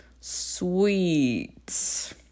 Sweet